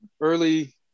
early